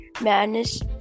Madness